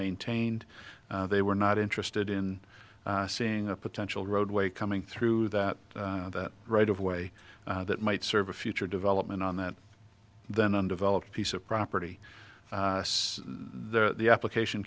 maintained they were not interested in seeing a potential roadway coming through that right of way that might serve a future development on that then undeveloped piece of property there the application